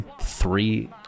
Three